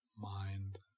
mind